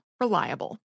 reliable